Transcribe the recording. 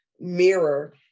mirror